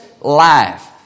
life